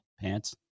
Pants